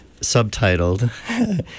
subtitled